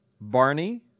Barney